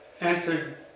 Answered